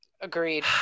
Agreed